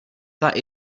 that